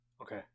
Okay